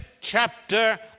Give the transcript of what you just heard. chapter